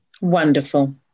Wonderful